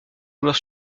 joueur